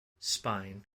spine